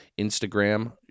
Instagram